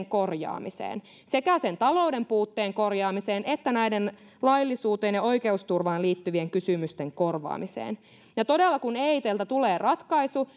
korjaamiseen sekä talouden puutteen korjaamiseen että näiden laillisuuteen ja oikeusturvaan liittyvien kysymysten korjaamiseen ja todella kun eitltä tulee ratkaisu